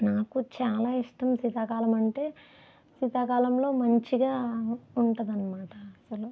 నాకు చాలా ఇష్టం శీతాకాలం అంటే శీతాకాలంలో మంచిగా ఉంటుంది అన్నమాట అసలు